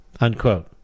unquote